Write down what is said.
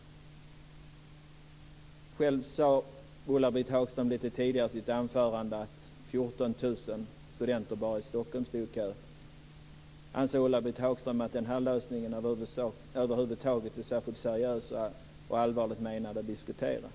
Själv sade Ulla-Britt Hagström tidigare i sitt anförande att 14 000 studenter bara i Stockholm står i kö. Anser Ulla-Britt Hagström att den här lösningen över huvud taget är särskilt seriös och allvarligt menad för att diskuteras?